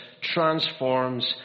transforms